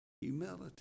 humility